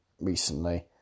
recently